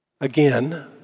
Again